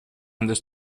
under